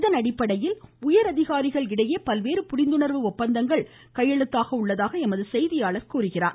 இதன் அடிப்படையில் உயர் அதிகாரிகள் இடையே பல்வேறு புரிந்துணர்வு ஒப்பந்தங்கள் கையெழுத்தாக உள்ளதாக எமது செய்தியாளர் தெரிவிக்கிறார்